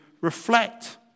reflect